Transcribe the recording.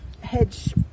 hedge